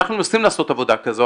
אנחנו מנסים לעשות עבודה כזו,